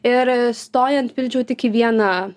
ir stojant pildžiau tik į vieną